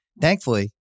Thankfully